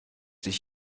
dich